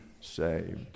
saved